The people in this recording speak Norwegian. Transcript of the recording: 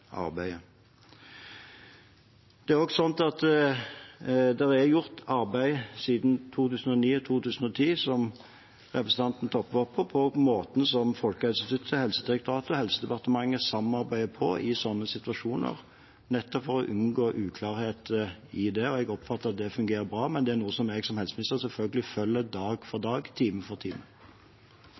arbeidet. Det er også gjort arbeid siden 2009 og 2010, som representanten Toppe tok opp. Jeg oppfatter at måten Folkehelseinstituttet, Helsedirektoratet og Helsedepartementet samarbeider på i slike situasjoner nettopp for å unngå uklarhet, er bra, men det er noe jeg som helseminister selvfølgelig følger dag for dag, time for time.